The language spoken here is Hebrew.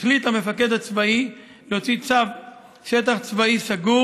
החליט המפקד הצבאי להוציא צו שטח צבאי סגור